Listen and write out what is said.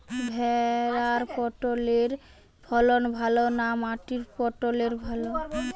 ভেরার পটলের ফলন ভালো না মাটির পটলের?